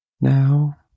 Now